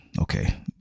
Okay